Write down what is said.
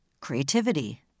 creativity